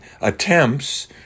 attempts